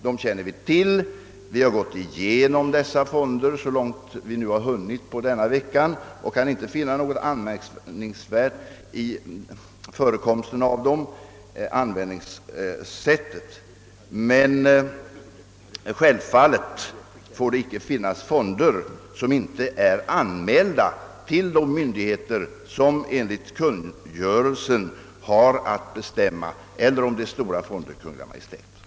Vi känner till fonderna. Vi har gått igenom dem så långt vi hunnit denna vecka, och vi kan inte finna något anmärkningsvärt i förekomsten av dem eller i det sätt varpå de använts. Självfallet får det emellertid inte finnas fonder som inte är anmälda till de myndigheter som enligt kungörelsen har att bestämma eller — om det gäller stora fonder — till Kungl. Maj:t.